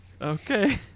Okay